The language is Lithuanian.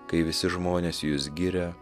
kai visi žmonės jus giria